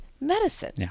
medicine